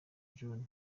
john